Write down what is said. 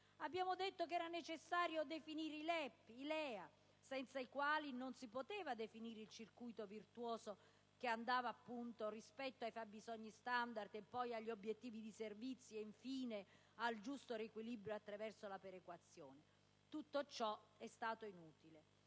Abbiamo detto che era necessario definire i LEA, senza i quali non si poteva completare il circuito virtuoso rispetto ai fabbisogni standard, agli obiettivi dei servizi e, infine, al giusto riequilibrio attraverso la perequazione: tutto ciò è stato inutile.